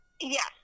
yes